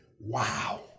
wow